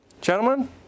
Gentlemen